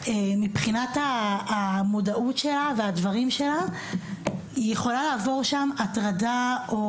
מבחינת המודעות שלה היא יכולה לעבור שם הטרדה או